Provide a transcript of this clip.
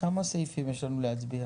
כמה סעיפים יש לנו להצביע?